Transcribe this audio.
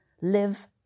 live